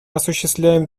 осуществляем